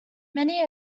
many